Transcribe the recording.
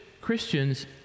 Christians